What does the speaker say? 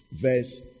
verse